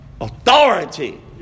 authority